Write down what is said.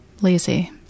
lazy